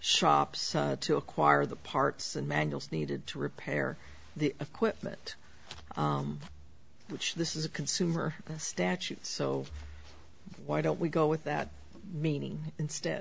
shops to acquire the parts and manuals needed to repair the equipment which this is a consumer statute so why don't we go with that meaning instead